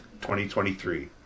2023